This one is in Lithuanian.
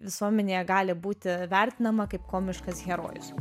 visuomenėje gali būti vertinama kaip komiškas herojus